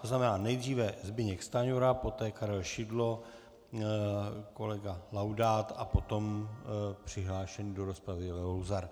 To znamená nejdříve Zbyněk Stanjura, poté Karel Šidlo, kolega Laudát a potom přihlášený do rozpravy Leo Luzar.